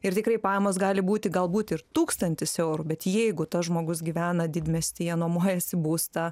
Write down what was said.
ir tikrai pajamos gali būti galbūt ir tūkstantis eurų bet jeigu tas žmogus gyvena didmiestyje nuomojasi būstą